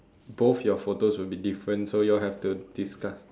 both your photos will be different so you all have to discuss